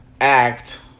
act